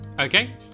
Okay